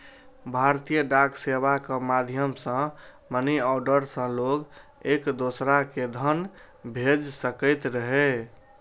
भारतीय डाक सेवाक माध्यम सं मनीऑर्डर सं लोग एक दोसरा कें धन भेज सकैत रहै